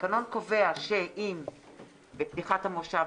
התקנון קובע שאם בפתיחת המושב,